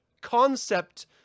concept